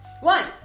One